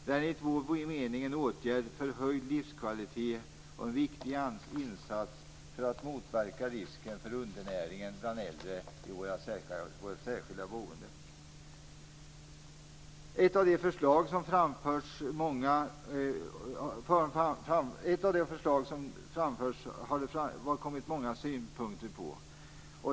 Det är enligt vår mening en åtgärd för höjd livskvalitet och en viktig insats för att motverka risken för undernäring bland äldre i särskilt boende. Ett av de förslag som framförts har det kommit många synpunkter på.